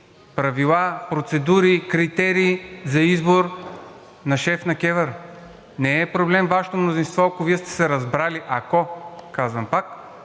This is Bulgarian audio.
правила, процедури, критерии за избор на шеф на КЕВР. Не е проблем Вашето мнозинство, ако Вие сте се разбрали – ако, казвам пак,